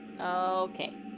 okay